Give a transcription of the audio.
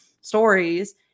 stories